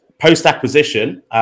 post-acquisition